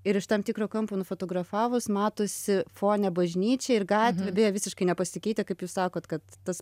ir iš tam tikro kampo nufotografavus matosi fone bažnyčia ir gatvė beje visiškai nepasikeitę kaip jūs sakot kad tas